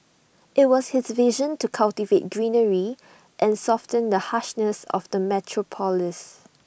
IT was his vision to cultivate greenery and soften the harshness of the metropolis